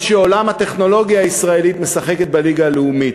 עולם הטכנולוגיה הישראלית משחק בליגה הלאומית.